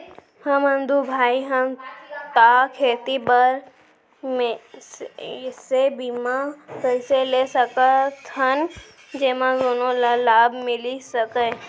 हमन दू भाई हन ता खेती बर ऐसे बीमा कइसे ले सकत हन जेमा दूनो ला लाभ मिलिस सकए?